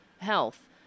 health